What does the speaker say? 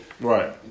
Right